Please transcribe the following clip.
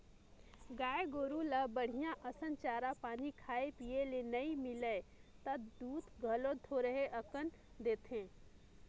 गाय गोरु ल बड़िहा असन चारा पानी खाए पिए ले नइ मिलय त दूद घलो थोरहें अकन देथे